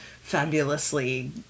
fabulously